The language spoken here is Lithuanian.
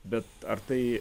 bet ar tai